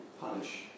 punish